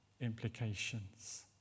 implications